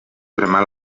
cremar